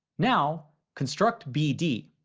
now construct bd.